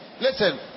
listen